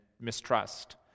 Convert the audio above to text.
mistrust